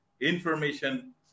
information